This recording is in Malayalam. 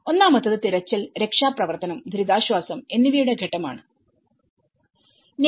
ഒന്നാമത്തേത് തിരച്ചിൽരക്ഷാപ്രവർത്തനം ദുരിതാശ്വാസം എന്നിവയുള്ള ഘട്ടം ആണ്